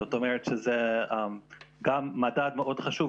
זאת אומרת שזה גם מדד מאוד חשוב,